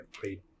played